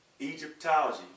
Egyptology